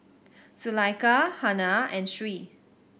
Zulaikha Hana and Sri